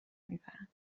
میبرم